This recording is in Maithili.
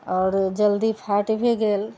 आओर जल्दी फाटि भी गेल